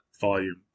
volume